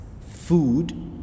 food